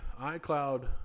iCloud